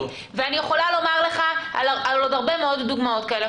אני יכולה לומר לך על עוד הרבה מאוד דוגמאות כאלה.